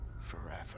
forever